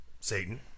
Satan